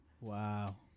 Wow